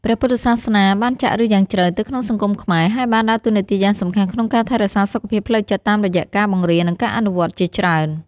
ព្រះពុទ្ធសាសនាបានចាក់ឫសយ៉ាងជ្រៅទៅក្នុងសង្គមខ្មែរ ហើយបានដើរតួនាទីយ៉ាងសំខាន់ក្នុងការថែរក្សាសុខភាពផ្លូវចិត្តតាមរយៈការបង្រៀន និងការអនុវត្តន៍ជាច្រើន។